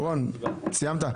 רון, סיימת?